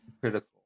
critical